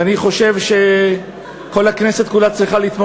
ואני חושב שכל הכנסת כולה צריכה לתמוך